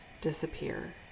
disappear